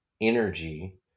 energy